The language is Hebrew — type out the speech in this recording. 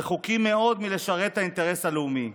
רחוקים מאוד מלשרת את האינטרס הלאומי,